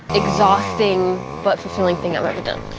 exhausting, but fulfilling thing i've ever done.